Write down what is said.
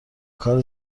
کار